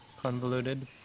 convoluted